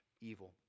evil